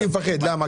למה?